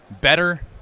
better